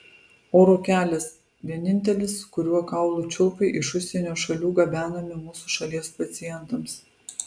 oro kelias vienintelis kuriuo kaulų čiulpai iš užsienio šalių gabenami mūsų šalies pacientams